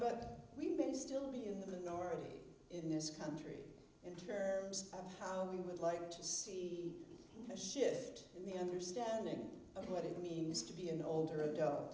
but we've been still be in the minority in this country in terms of how we would like to see a shift in the understanding of what it means to be an older a